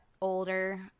older